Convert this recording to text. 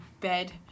bed